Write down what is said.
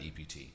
EPT